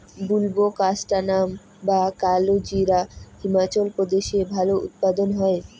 বুলবোকাস্ট্যানাম বা কালোজিরা হিমাচল প্রদেশে ভালো উৎপাদন হয়